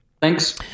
Thanks